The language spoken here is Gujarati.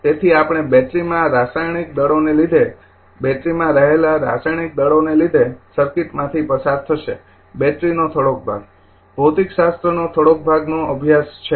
તેથી આપણે બેટરીમાં રાસાયણિક દળોને લીધે બેટરીમાં રહેલા રાસાયણિક દળોને લીધે સર્કિટમાંથી પસાર થશે બેટરીનો થોડોક ભાગ ભૌતિકશાસ્ત્રનો થોડોક ભાગનો અભ્યાસ કર્યો છે